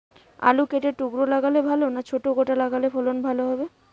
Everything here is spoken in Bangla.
আলু কেটে টুকরো লাগালে ভাল না ছোট গোটা লাগালে ফলন ভালো হবে?